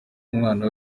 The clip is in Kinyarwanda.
umwana